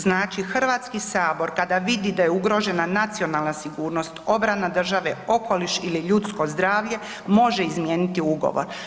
Znači Hrvatski sabor, kada vidi da je ugrožena nacionalna sigurnost, obrana države, okoliš ili ljudsko zdravlje, može izmijeniti ugovor.